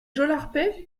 jolarpet